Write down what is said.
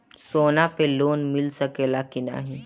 सोना पे लोन मिल सकेला की नाहीं?